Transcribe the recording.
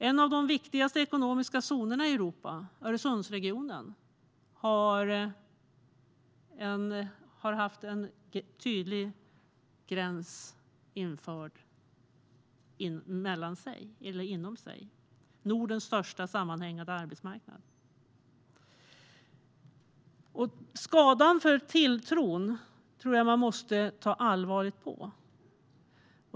En av de viktigaste ekonomiska zonerna i Europa, Öresundsregionen, har haft en tydlig gräns införd inom sig. Detta är Nordens största sammanhängande arbetsmarknad. Skadan för tilltron tror jag att man måste ta på allvar.